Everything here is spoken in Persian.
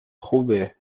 خوبه